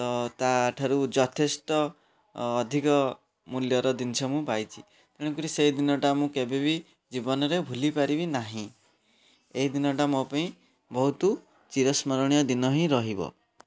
ତ ତା ଠାରୁ ଯଥେଷ୍ଟ ଅଧିକ ମୁଲ୍ୟର ଜିନିଷ ମୁଁ ପାଇଛି ତେଣୁକରି ସେଇ ଦିନଟା ମୁଁ କେବେବି ଜୀବନରେ ଭୁଲି ପାରିବିନାହିଁ ଏଇ ଦିନଟା ମୋ ପାଇଁ ବହୁତ ଚିର ସ୍ମରଣୀୟ ଦିନ ହିଁ ରହିବ